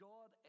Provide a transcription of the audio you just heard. God